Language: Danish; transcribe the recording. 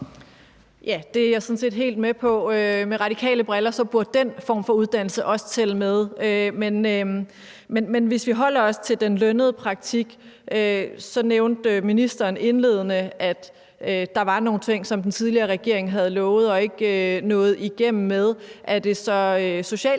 Det er jeg sådan set helt med på. Set med radikale briller burde den form for uddannelse også tælle med. Men hvis vi holder os til den lønnede praktik, nævnte ministeren indledende, at der var nogle ting, som den tidligere regering havde lovet og ikke var nået igennem med, er det så stadig